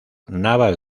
navas